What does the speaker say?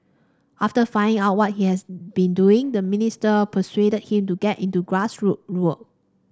after finding out what he has been doing the minister persuaded him to get into grassroots work